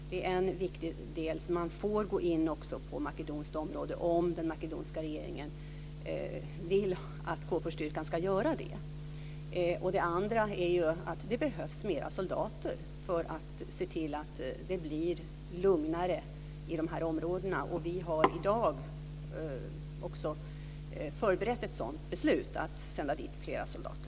Det är en viktig del som innebär att man också får gå in på makedoniskt område om den makedoniska regeringen vill att KFOR-styrkan ska göra det. Dessutom behövs det fler soldater för att se till att det blir lugnare i de här områdena. Vi har i dag förberett ett beslut att sända dit fler soldater.